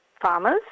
farmers